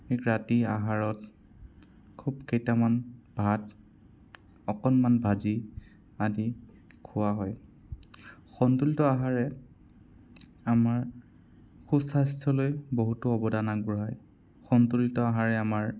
ৰাতি আহাৰত খুব কেইটামান ভাত অকণমান ভাজি আদি খোৱা হয় সন্তুলিত আহাৰে আমাৰ সুস্বাস্থ্যলৈ বহুতো অৱদান আগবঢ়ায় সন্তুলিত আহাৰে আমাৰ